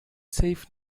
safe